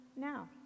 now